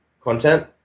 content